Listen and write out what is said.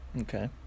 Okay